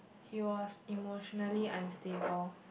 he was emotionally unstable